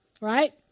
right